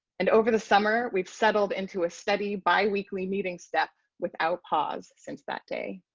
and over the summer, we've settled into a steady bi weekly meeting step without pause, since that day.